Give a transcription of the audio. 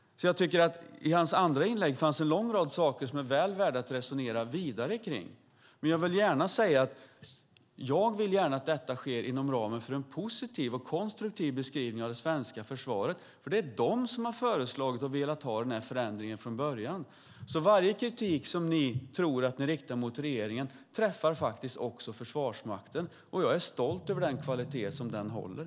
I Peter Hultqvists andra inlägg tycker jag att det fanns en lång rad saker som det är väl värt att resonera vidare om. Men jag vill gärna att detta sker inom ramen för en positiv och konstruktiv beskrivning av det svenska försvaret, för det är de som från början föreslagit och velat ha den här förändringen. Varje kritik som ni tror att ni riktar mot regeringen träffar således också Försvarsmakten. Jag är stolt över den kvalitet som denna håller.